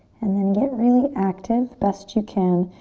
and then get really active. best you can,